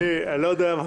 חברים, אני מחדש את הישיבה.